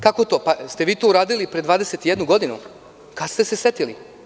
Da li ste vi to uradili pre 21 godinu, kada ste se setili?